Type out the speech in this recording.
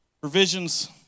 provisions